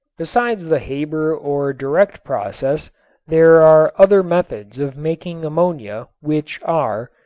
besides the haber or direct process there are other methods of making ammonia which are,